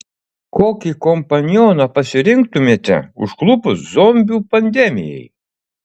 kokį kompanioną pasirinktumėte užklupus zombių pandemijai